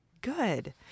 Good